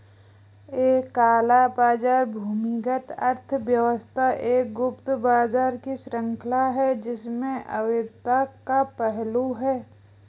एक काला बाजार भूमिगत अर्थव्यवस्था एक गुप्त बाजार की श्रृंखला है जिसमें अवैधता का पहलू है